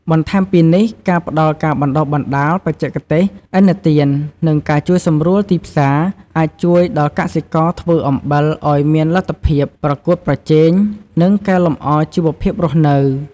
បន្ថែមពីនេះ ការផ្តល់ការបណ្តុះបណ្តាល បច្ចេកទេស ឥណទាន និងការជួយសម្រួលទីផ្សារ អាចជួយដល់កសិករធ្វើអំបិលឱ្យមានលទ្ធភាពប្រកួតប្រជែង និងកែលម្អជីវភាពរស់នៅ។